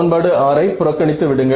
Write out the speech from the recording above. சமன்பாடு 6 ஐ புறக்கணித்து விடுங்கள்